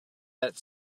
that